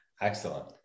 Excellent